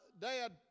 dad